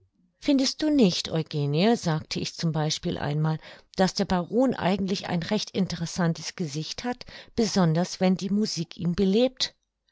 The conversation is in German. findest du nicht eugenie sagte ich z b einmal daß der baron eigentlich ein recht interessantes gesicht hat besonders wenn die musik ihn belebt